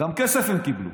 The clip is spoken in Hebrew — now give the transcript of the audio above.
גם כסף הם קיבלו,